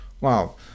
Wow